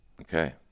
okay